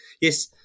yes